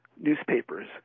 newspapers